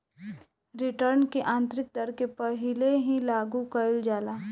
return की आतंरिक दर के पहिले ही लागू कईल जाला